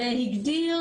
והגדיר